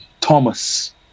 Thomas